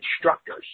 instructors